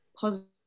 positive